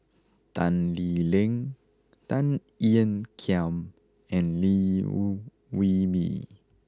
Tan Lee Leng Tan Ean Kiam and Liew Woo Wee Mee